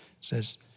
says